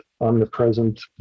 omnipresent